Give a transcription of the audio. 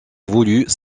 voulut